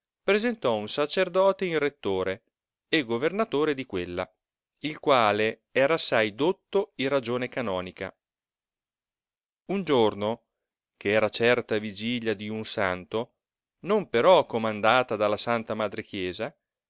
onorato presentò un sacerdote in rettore e governatore di quella il quale era assai dotto in ragione canonica un giorno che era certa vigilia di un santo non però comandata dalla santa madre chiesa